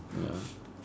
ya